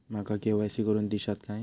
माका के.वाय.सी करून दिश्यात काय?